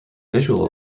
visual